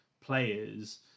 players